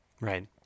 right